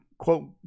Quote